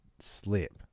slip